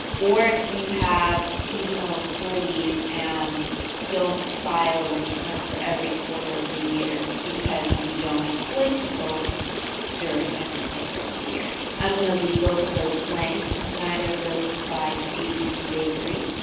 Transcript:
or if you have seasonal employees and don't file a return for every quarter of the year because you don't employ people during every quarter the year. i'm going to leave both of those blank since neither of those apply to abc bakery.